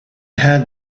had